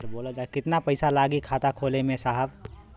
कितना पइसा लागि खाता खोले में साहब?